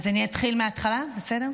אז אני אתחיל מההתחלה, בסדר?